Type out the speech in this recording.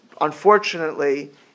unfortunately